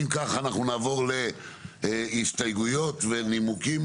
אם כך אנחנו נעבור להסתייגויות ונימוקים